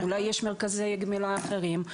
אולי יש מרכזי גמילה אחרים,